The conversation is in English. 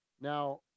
Now